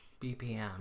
BPM